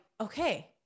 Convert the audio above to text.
okay